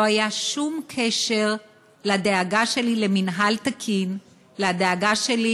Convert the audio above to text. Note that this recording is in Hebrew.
לא היה שום קשר לדאגה שלי למינהל תקין ושדוח